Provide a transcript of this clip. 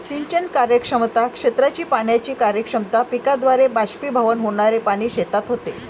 सिंचन कार्यक्षमता, क्षेत्राची पाण्याची कार्यक्षमता, पिकाद्वारे बाष्पीभवन होणारे पाणी शेतात होते